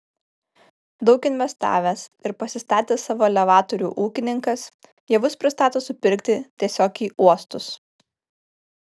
daug investavęs ir pasistatęs savo elevatorių ūkininkas javus pristato supirkti tiesiog į uostus